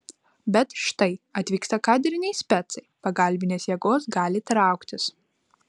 bet štai atvyksta kadriniai specai pagalbinės jėgos gali trauktis